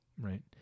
Right